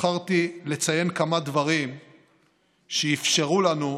בחרתי לציין כמה דברים שאפשרו לנו,